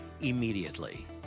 immediately